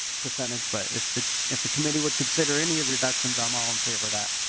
percentage but if the if the committee would consider any ah reductions i'm all in favor of that.